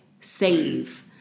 save